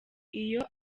iyo